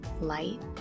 light